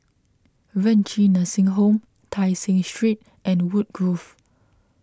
Renci Nursing Home Tai Seng Street and Woodgrove